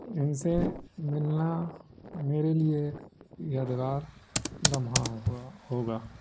ان سے ملنا میرے لیے ایک دگار لمحہ ہوا ہوگا